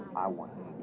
i want